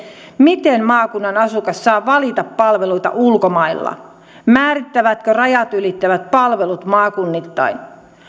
miten maakunnan asukas saa valita palveluita ulkomailla määrittyvätkö rajat ylittävät palvelut maakunnittain